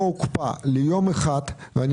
הוא לא מוקפא ליום אחד ומקודם,